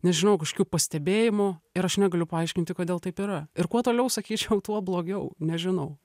nežinau kažkokių pastebėjimų ir aš negaliu paaiškinti kodėl taip yra ir kuo toliau sakyčiau tuo blogiau nežinau